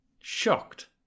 shocked